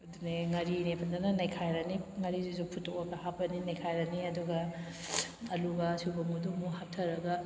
ꯑꯗꯨꯅꯦ ꯉꯥꯔꯤꯅꯦ ꯐꯖꯅ ꯅꯩꯈꯥꯏꯔꯅꯤ ꯉꯥꯔꯤꯖꯁꯤꯁꯨ ꯐꯨꯠꯇꯣꯛꯑꯒ ꯍꯥꯞꯄꯅꯤ ꯅꯩꯈꯥꯏꯔꯅꯤ ꯑꯗꯨꯒ ꯑꯂꯨꯒ ꯁꯣꯏꯕꯨꯝꯒꯗꯨ ꯑꯃꯨꯛ ꯍꯥꯞꯊꯔꯒ